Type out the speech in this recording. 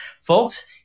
folks